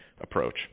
approach